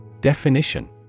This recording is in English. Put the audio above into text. Definition